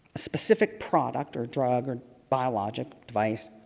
specific product or drug or biologic device.